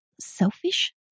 Selfish